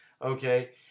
okay